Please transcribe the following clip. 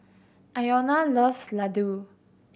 Iona loves Ladoo